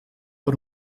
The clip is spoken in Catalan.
per